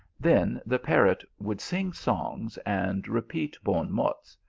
then the parrot would sing songs and repeat bon mots,